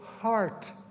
heart